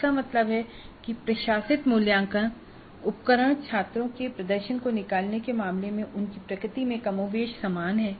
इसका मतलब है कि प्रशासित मूल्यांकन उपकरण छात्रों के प्रदर्शन को निकालने के मामले में उनकी प्रकृति में कमोबेश समान हैं